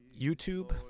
YouTube